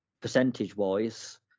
percentage-wise